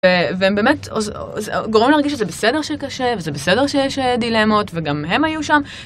והם באמת גורמים להרגיש שזה בסדר שקשה וזה בסדר שיש דילמות וגם הם היו שם.